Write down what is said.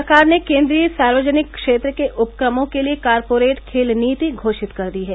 सरकार ने केन्द्रीय सार्वजनिक क्षेत्र के उपक्रमों के लिए कॉरपोरेट खेल नीति घोषित कर दी है